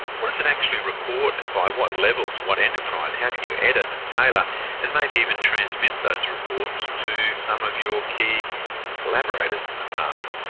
what does it actually report, by what levels, what enterprise? how can you edit and tailor and maybe even transmit those reports to some of your key collaborators in the farm?